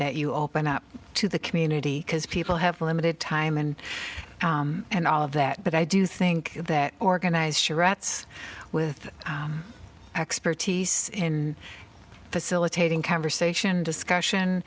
that you open up to the community because people have limited time and and all of that but i do think that organize she writes with expertise in facilitating conversation discussion